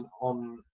on